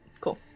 cool